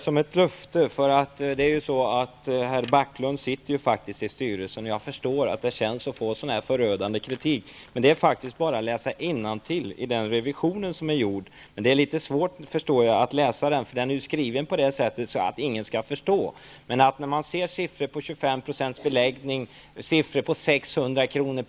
Fru talman! Jag hoppas att jag kan ta det som ett löfte. Herr Backlund sitter faktiskt i styrelsen, och jag förstår att det känns när man får sådan här förödande kritik. Det är faktiskt bara att läsa innantill i den revision som har gjorts. Men jag förstår att det är litet svårt att läsa den, eftersom den är skriven på ett sådant sätt att ingen skall förstå. Man kan läsa om beläggning på 25 %, 600 kr.